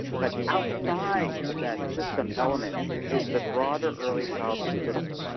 but outside of that system element is the broader early childhood system of,